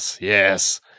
Yes